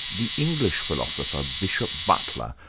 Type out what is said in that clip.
the english philosopher, bishop butler,